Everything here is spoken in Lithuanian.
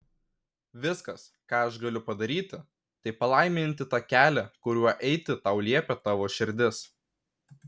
viskas ką aš galiu padaryti tai palaiminti tą kelią kuriuo eiti tau liepia tavo širdis